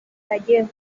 gallego